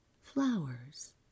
flowers